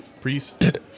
priest